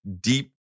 deep